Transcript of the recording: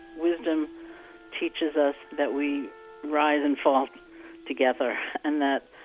wisdom teaches us that we rise and fall together and that,